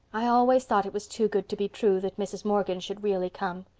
i always thought it was too good to be true that mrs. morgan should really come.